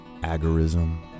agorism